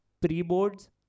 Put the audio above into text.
pre-boards